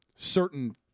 Certain